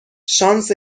شانس